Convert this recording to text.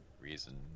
reason